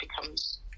becomes